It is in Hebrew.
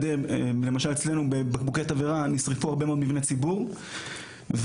למשל אצלנו בקבוקי תבערה נשרפו הרבה מאוד מבני ציבור וגם